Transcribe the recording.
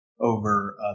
over